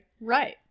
right